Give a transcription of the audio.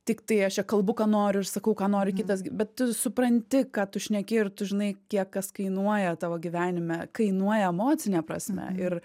tiktai aš čia kalbu ką noriu ir sakau ką nori kitas bet tu supranti ką tu šneki ir tu žinai kiek kas kainuoja tavo gyvenime kainuoja emocine prasme ir